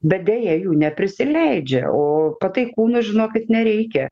bet deja jų neprisileidžia o pataikūnų žinokit nereikia